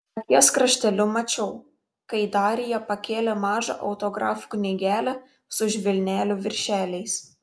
akies krašteliu mačiau kai darija pakėlė mažą autografų knygelę su žvynelių viršeliais